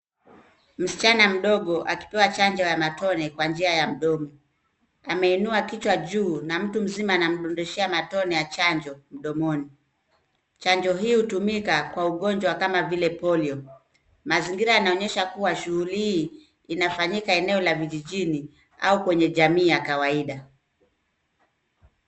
Msichana mdogo akipewa chanjo ya matone kwa njia ya mdomo. Ameinua kichwa juu na mtu mzima anamdodeshea matone ya chanjo mdomoni. Chanjo hii hutumika kwa ugonjwa kama vile polio. Mazingira inaonyesha kuwa shughuli hii inafanyika eneo la vijijini au kwenye jamii ya kawaida.